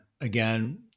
again